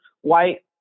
white